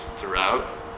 throughout